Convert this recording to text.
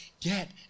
get